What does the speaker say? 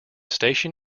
station